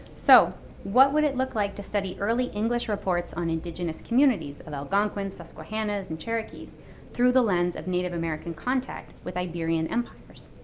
so what would it look like to study early english reports on indigenous communities of algonquin, susquehannas, and cherokees through the lands of native american contact with iberian empires?